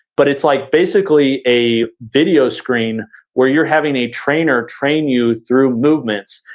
but it's like basically a video screen where you're having a trainer train you through movements.